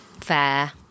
Fair